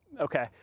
Okay